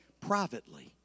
privately